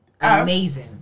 Amazing